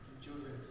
Children